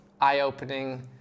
eye-opening